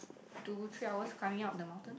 two three hours climbing up the mountain